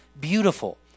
beautiful